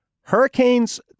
Hurricanes